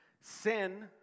Sin